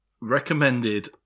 recommended